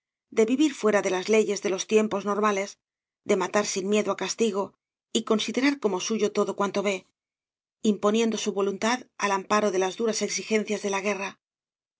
de vivir fuera de las leyes de los tiempos normales de matar sin miedo á castigo y considerar como suyo todo cuanto ve imponiendo su voluntad al amparo de las duras exigencias de la guerra